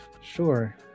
Sure